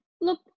look